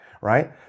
right